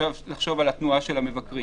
לתנועה של המבקרים